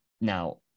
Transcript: Now